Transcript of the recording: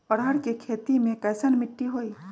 अरहर के खेती मे कैसन मिट्टी होइ?